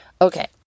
Okay